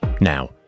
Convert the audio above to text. Now